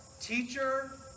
teacher